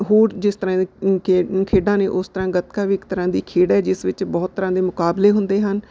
ਹੂਟ ਜਿਸ ਤਰ੍ਹਾਂ ਦੀ ਖੇ ਖੇਡਾਂ ਨੇ ਉਸ ਤਰ੍ਹਾਂ ਗਤਕਾ ਵੀ ਇੱਕ ਤਰ੍ਹਾਂ ਦੀ ਖੇਡ ਹੈ ਜਿਸ ਵਿੱਚ ਬਹੁਤ ਤਰ੍ਹਾਂ ਦੇ ਮੁਕਾਬਲੇ ਹੁੰਦੇ ਹਨ